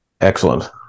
Excellent